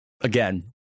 Again